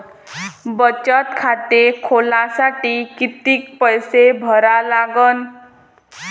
बचत खाते खोलासाठी किती पैसे भरा लागन?